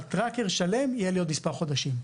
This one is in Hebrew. אבל "טרקר" שלם יהיה לי עוד מספר חודשים.